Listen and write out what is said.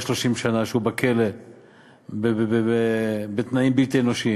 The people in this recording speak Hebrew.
30 שנה שהוא בכלא בתנאים בלתי אנושיים,